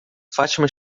fátima